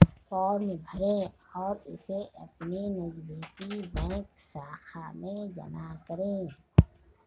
form भरें और इसे अपनी नजदीकी बैंक शाखा में जमा करें